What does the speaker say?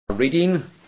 reading